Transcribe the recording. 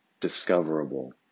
discoverable